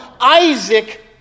Isaac